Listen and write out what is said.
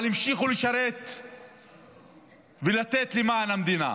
אבל המשיכו לשרת ולתת למען המדינה.